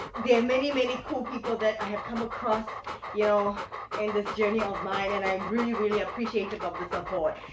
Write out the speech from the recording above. there are many many cool people that i have come across you know in this journey of mine and i'm really really appreciative of the support.